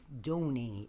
donate